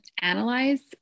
analyze